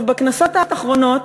בכנסות האחרונות,